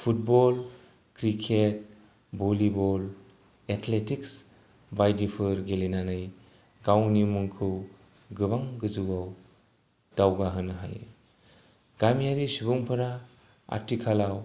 football cricket volleyball athletics बायदिफोर गेलेनानै गावनि मुंखौ गोबां गोजौआव दावगाहोनो हायो गामियारि सुबुंफोरा आथिखालाव